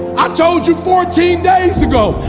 i told you fourteen days to go!